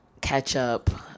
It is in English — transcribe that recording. ketchup